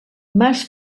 mas